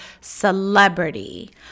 Celebrity